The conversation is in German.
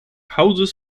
hauses